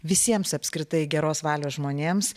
visiems apskritai geros valios žmonėms